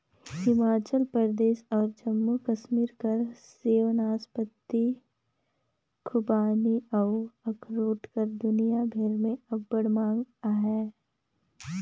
हिमाचल परदेस अउ जम्मू कस्मीर कर सेव, नासपाती, खूबानी अउ अखरोट कर दुनियां भेर में अब्बड़ मांग अहे